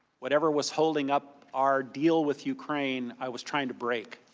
whatever was holding up our deal with ukraine i was trying to break.